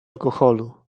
alkoholu